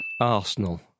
Arsenal